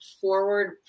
forward